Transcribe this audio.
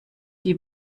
die